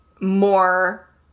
More